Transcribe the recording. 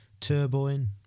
turboing